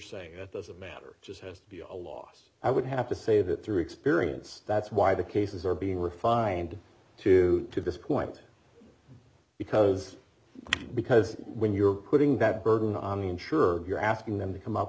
saying it doesn't matter just has to be a loss i would have to say that through experience that's why the cases are being refined to to this point because because when you're putting that burden on me i'm sure you're asking them to come up